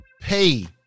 pay